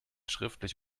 schriftlich